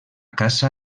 caça